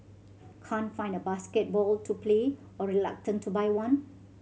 can't find a basketball to play or reluctant to buy one